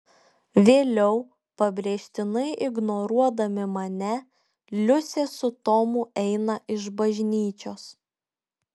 vėliau pabrėžtinai ignoruodami mane liusė su tomu eina iš bažnyčios